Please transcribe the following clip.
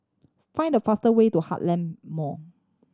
find the fast way to Heartland Mall